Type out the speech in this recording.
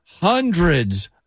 hundreds